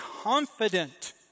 confident